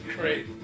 great